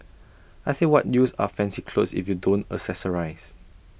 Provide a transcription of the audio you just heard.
I say what use are fancy clothes if you don't accessorise